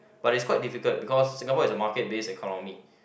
but is quite difficult because Singapore is a market based economy